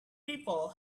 people